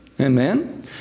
Amen